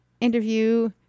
interview